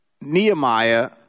Nehemiah